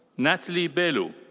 natalie belu.